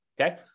Okay